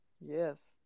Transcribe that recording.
Yes